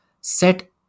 set